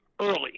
early